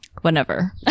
whenever